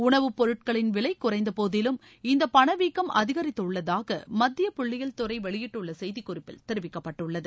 உணவு பொருட்களின் விலை குறைந்த போதிலும் இந்த பணவீக்கம் அதிகரித்துள்ளதாக மத்திய புள்ளியில் துறை வெளியிட்டுள்ள செய்திக்குறிப்பில் தெரிவிக்கப்பட்டுள்ளது